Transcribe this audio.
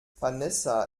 vanessa